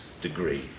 degree